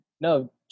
No